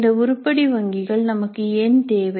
இந்த உருப்படி வங்கிகள் நமக்கு ஏன் தேவை